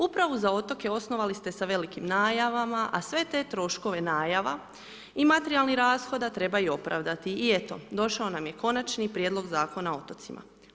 Upravu za otoke osnovali ste sa velikim najavama, a sve te troškove najava i materijalnih rashoda treba i opravdati, i eto došao nam je Konačni prijedlog Zakona o otocima.